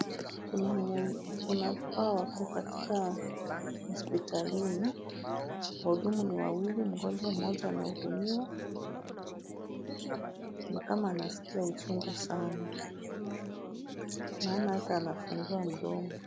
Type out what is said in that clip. Kuna hawa wako katika hospitalini. Huduma ni wawili, mgonjwa mmoja anahudumiwa, ni kama anasikia uchungu sana. Maana hata anafungua mdomo.